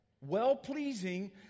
Well-pleasing